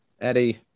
Eddie